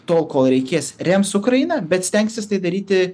tol kol reikės rems ukrainą bet stengsis tai daryti